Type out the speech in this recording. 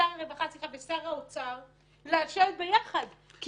לשר הרווחה ולשר האוצר לשבת ביחד כי